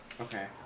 Okay